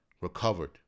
Recovered